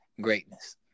greatness